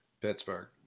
Pittsburgh